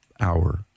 hour